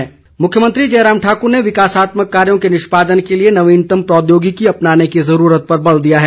जयराम मुख्यमंत्री जयराम ठाकुर ने विकासात्मक कार्यों के निष्पादन के लिए नवीनतम प्रौद्योगिकी अपनाने की ज़रूरत पर बल दिया है